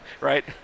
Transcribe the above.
right